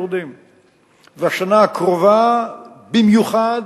ובשנה הקרובה במיוחד,